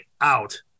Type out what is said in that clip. out